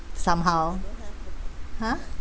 somehow !huh!